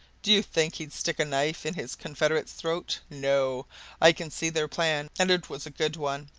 do you think he'd stick a knife in his confederate's throat? no i can see their plan, and it was a good one.